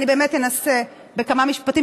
אני באמת אנסה בכמה משפטים,